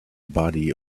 body